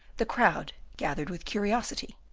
the crowd gathered with curiosity,